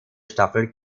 staffel